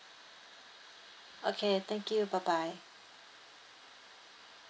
okay thank you bye bye